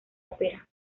ópera